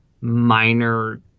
minor